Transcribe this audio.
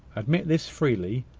admit this freely,